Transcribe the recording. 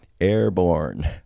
airborne